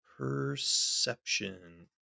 Perception